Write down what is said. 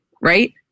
right